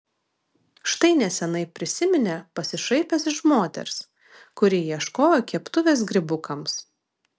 štai neseniai prisiminė pasišaipęs iš moters kuri ieškojo keptuvės grybukams